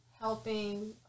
helping